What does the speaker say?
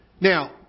Now